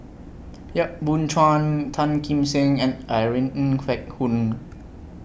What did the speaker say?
Yap Boon Chuan Tan Kim Seng and Irene Ng Phek Hoong